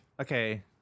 okay